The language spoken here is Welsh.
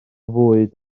fwyd